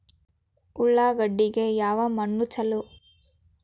ಉಳ್ಳಾಗಡ್ಡಿಗೆ ಯಾವ ಮಣ್ಣು ಛಲೋ?